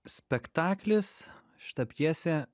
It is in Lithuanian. spektaklis šita pjesė